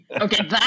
Okay